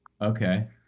Okay